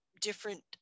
different